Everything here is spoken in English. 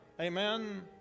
Amen